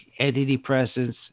antidepressants